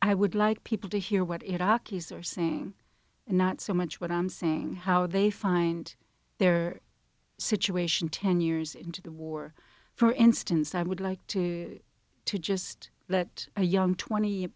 i would like people to hear what iraq is are saying and not so much what i'm saying how they find their situation ten years into the war for instance i would like to to just let a young twenty